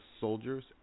soldiers